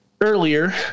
earlier